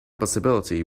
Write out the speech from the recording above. possibility